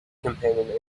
companion